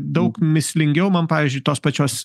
daug mįslingiau man pavyzdžiui tos pačios